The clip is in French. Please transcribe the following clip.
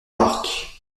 parc